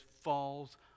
falls